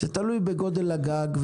זה תלוי בגודל הגג,